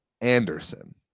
Anderson